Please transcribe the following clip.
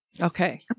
Okay